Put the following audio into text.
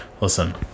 listen